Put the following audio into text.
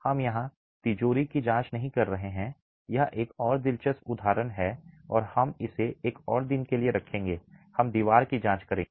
हम यहां तिजोरी की जांच नहीं कर रहे हैं यह एक और दिलचस्प उदाहरण है और हम इसे एक और दिन के लिए रखेंगे हम दीवार की जांच करेंगे